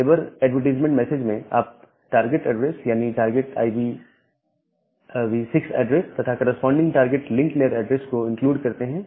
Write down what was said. neighbour advertisement message में आप target address यानी टारगेट IPv6 एड्रेस तथा corresponding target link layer address को इंक्लूड करते हैं